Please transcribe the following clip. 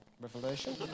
revelation